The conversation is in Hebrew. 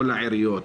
כל העיריות,